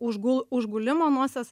užgul užgulimo nosies